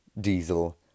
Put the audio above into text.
diesel